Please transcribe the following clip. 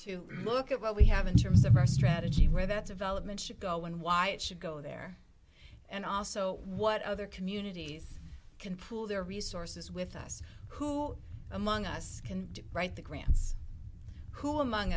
to look at what we have in terms of our strategy where that's of element should go and why it should go there and also what other communities can pull their resources with us who among us can write the grants who among